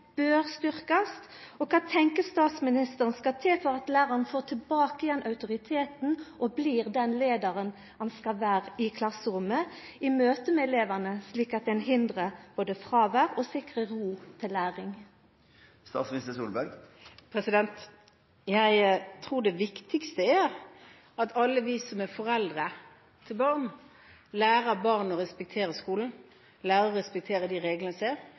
statsministeren skal til for at læraren skal få tilbake autoriteten og bli den leiaren han skal vera i klasserommet i møte med elevane, slik at ein både hindrar fråvær og sikrar ro til læring? Jeg tror det viktigste er at alle vi som er foreldre, lærer barn å respektere skolen, at du lærer å respektere de reglene